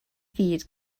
gyd